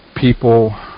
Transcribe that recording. People